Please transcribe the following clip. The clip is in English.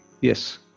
yes